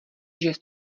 žes